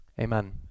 amen